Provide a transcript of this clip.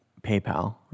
PayPal